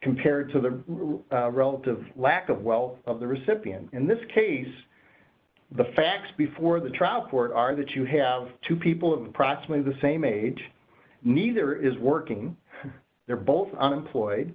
compared to the relative lack of well of the recipient in this case the facts before the trial court are that you have two people approximately the same age neither is working they're both employed